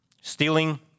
Stealing